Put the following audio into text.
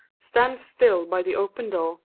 stands still by the open door,